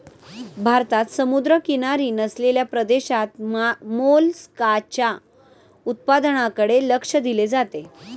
भारतात समुद्रकिनारी नसलेल्या प्रदेशात मोलस्काच्या उत्पादनाकडे लक्ष दिले जाते